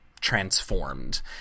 transformed